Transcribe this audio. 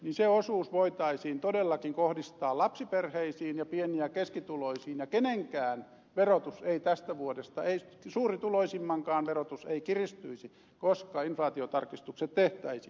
se osuus voitaisiin todellakin kohdistaa lapsiperheisiin ja pieni ja keskituloisiin ja kenenkään verotus ei tästä vuodesta ei suurituloisimmankaan verotus kiristyisi koska inflaatiotarkistukset tehtäisiin